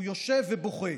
הוא יושב ובוכה.